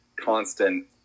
constant